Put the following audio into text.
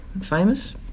famous